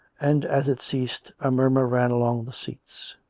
and, as it ceased, a murmur ran along the seats.